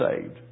saved